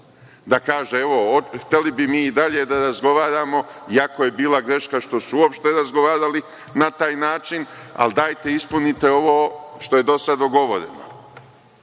da kaže – evo, hteli bi mi i dalje da razgovaramo iako je bila greška što su uopšte razgovarali na taj način, ali dajte ispunite ovo što je do sad dogovoreno.